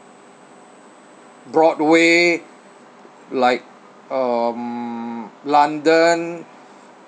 broadway like um london